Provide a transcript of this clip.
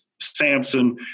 Samson